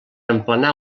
emplenar